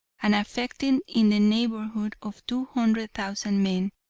and affecting in the neighborhood of two hundred thousand men.